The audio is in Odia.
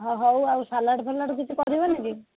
ହଁ ହଉ ଆଉ ସାଲାଡ଼ ଫାଲଡ଼ କିଛି କରିବନି କି